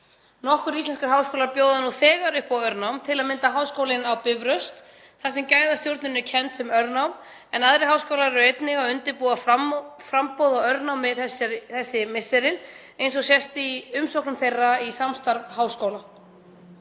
Nokkrir íslenskir háskólar bjóða nú þegar upp á örnám, til að mynda Háskólinn á Bifröst, þar sem gæðastjórnun er kennd sem örnám, en aðrir háskólar eru einnig að undirbúa framboð á örnámi þessi misserin eins og sést í umsóknum þeirra í samstarf háskóla.